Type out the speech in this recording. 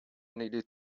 needed